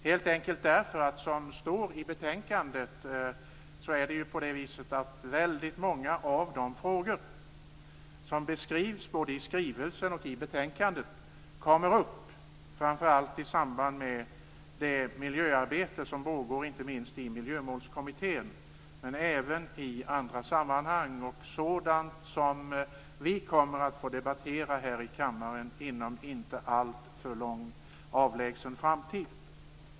Det gör jag helt enkelt därför att väldigt många av de frågor som beskrivs både i skrivelsen och i betänkandet kommer upp framför allt i samband med det miljöarbete som pågår inte minst i Miljömålskommittén, men även i andra sammanhang. Detta står också i betänkandet. Det gäller sådant som vi kommer att få debattera här i kammaren inom en inte alltför avlägsen framtid.